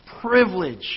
privilege